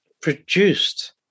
produced